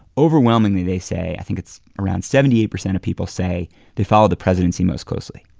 overwhelmingly, they say i think it's around seventy eight percent of people say they follow the presidency most closely.